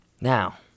Now